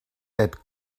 that